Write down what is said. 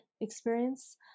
experience